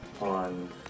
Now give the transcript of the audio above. on